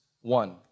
One